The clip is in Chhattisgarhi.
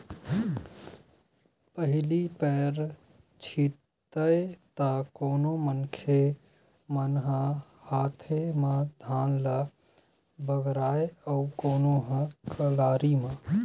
पहिली पैर छितय त कोनो मनखे मन ह हाते म धान ल बगराय अउ कोनो ह कलारी म